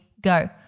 go